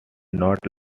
not